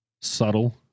subtle